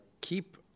keep